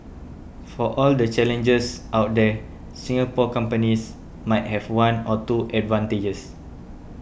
for all the challenges out there Singapore companies might have one or two advantages